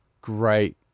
great